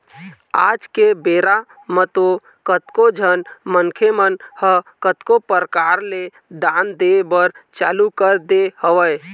आज के बेरा म तो कतको झन मनखे मन ह कतको परकार ले दान दे बर चालू कर दे हवय